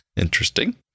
Interesting